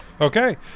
Okay